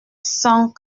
cent